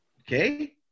Okay